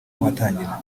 watangira